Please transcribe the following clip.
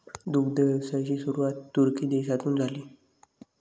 दुग्ध व्यवसायाची सुरुवात तुर्की देशातून झाली